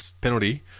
penalty